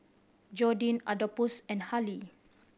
Jordin Adolphus and Harlie